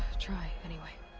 try. anyway.